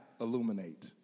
illuminate